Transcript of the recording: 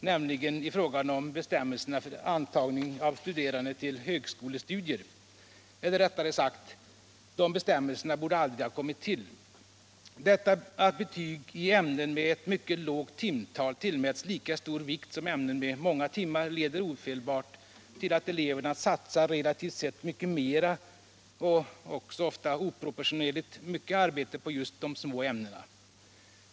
Jag syftar på bestämmelserna om antagning av studerande till högskolestudier. Eller rättare sagt: De bestämmelserna borde aldrig ha kommit till. Att betyg i ämnen med ett mycket lågt timtal tillmäts lika stor vikt som ämnen med många timmar leder ofelbart till att eleven satsar relativt sett mera och ofta oproportionerligt mycket på dessa små ämnen.